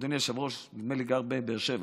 אדוני היושב-ראש נדמה לי גר בבאר שבע?